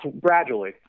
gradually